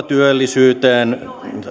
työllisyyteen